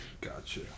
Gotcha